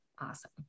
Awesome